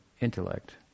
intellect